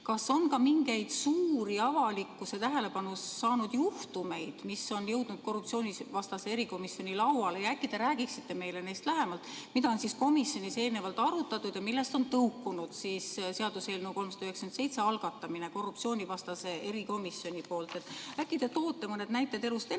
Kas on ka mingeid suuri avalikkuse tähelepanu saanud juhtumeid, mis on jõudnud korruptsioonivastase erikomisjoni lauale? Äkki te räägiksite meile lähemalt, mida on komisjonis eelnevalt arutatud ja millest on tõukunud seaduseelnõu 397 algatamine korruptsioonivastase erikomisjoni eestvedamisel? Äkki te toote mõned näited elust